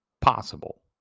possible